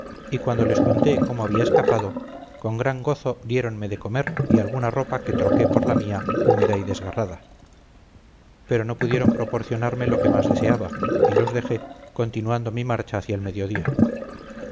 y cuando les conté cómo había escapado con gran gozo diéronme de comer y alguna ropa que troqué por la mía húmeda y desgarrada pero no pudieron proporcionarme lo que más deseaba y los dejé continuando mi marcha hacia el mediodía